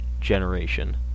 generation